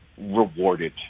rewarded